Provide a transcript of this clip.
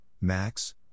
Max